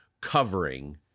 covering